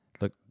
Look